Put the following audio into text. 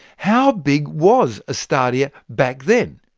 how big was a stadia back then?